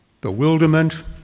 Bewilderment